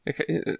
okay